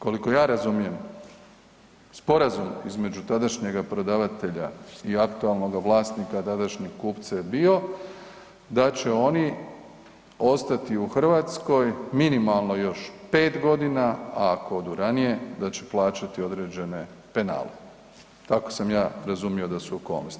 Koliko ja razumijem sporazum između tadašnjega prodavatelja i aktualnoga vlasnika a tadašnjeg kupca je bio da će oni ostati u Hrvatskoj minimalno još 5 godina, a ako odu ranije da će plaćati određene penale, tako sam ja razumio da su okolnosti.